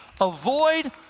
Avoid